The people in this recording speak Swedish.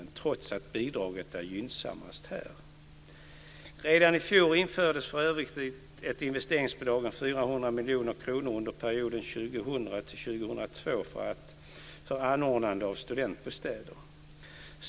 Redan i fjol infördes för övrigt ett investeringsbidrag om 400 miljoner kronor under perioden 2000 2002 för anordnande av studentbostäder.